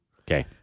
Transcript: Okay